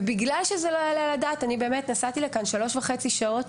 ובגלל שזה לא יעלה על הדעת נסעתי לכאן שלוש וחצי שעות,